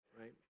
right